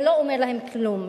זה לא אומר להם כלום.